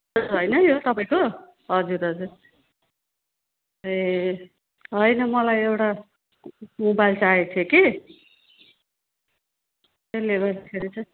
होइन यो तपाईँको हजुर हजुर ए होइन मलाई एउटा मोबाइल चाहिएको थियो कि त्यसले गर्दाखेरि चाहिँ